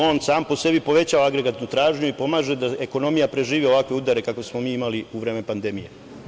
On sam po sebi povećava agregatnu tražnju i pomaže da ekonomija preživi ovakve udare kakve smo mi imali u vreme pandemije.